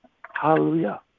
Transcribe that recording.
Hallelujah